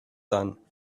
done